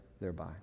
thereby